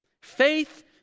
Faith